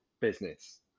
business